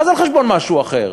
מה זה "על חשבון משהו אחר"?